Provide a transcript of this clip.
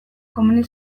komeni